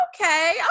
Okay